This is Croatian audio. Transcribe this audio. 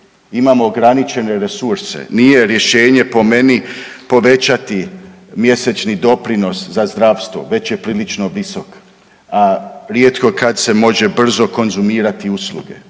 Imamo ograničene resurse. Nije rješenje po meni povećati mjesečni doprinos za zdravstvo, već je prilično visok, a rijetko kad se može brzo konzumirati usluge.